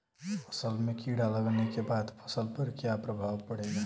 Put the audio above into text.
असल में कीड़ा लगने के बाद फसल पर क्या प्रभाव पड़ेगा?